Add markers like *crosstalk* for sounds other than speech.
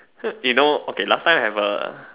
*noise* you know okay last time I have A